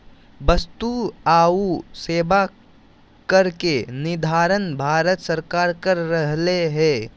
वस्तु आऊ सेवा कर के निर्धारण भारत सरकार कर रहले हें